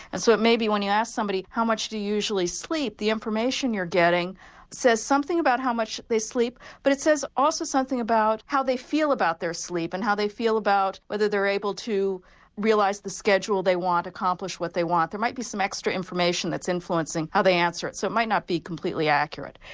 and so it may be when you ask somebody how much do you usually sleep the information you're getting says something about how much they sleep but it says also something about how they feel about their sleep and how they feel about whether they are able to realise the schedule they want, accomplish what they want there might be some extra information that's influencing how they answer it, so it might not be completely accurate.